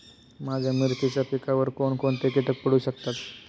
माझ्या मिरचीच्या पिकावर कोण कोणते कीटक पडू शकतात?